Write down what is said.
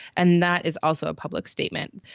and that is also a public statement.